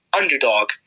underdog